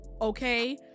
okay